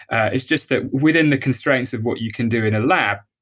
it's just that within the constraints of what you can do in a lab,